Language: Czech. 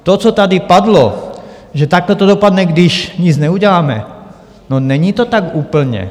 To, co tady padlo, že takhle to dopadne, když nic neuděláme no, není to tak úplně.